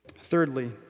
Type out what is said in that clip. Thirdly